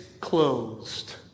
closed